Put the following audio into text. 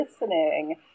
listening